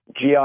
GI